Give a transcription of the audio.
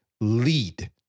lead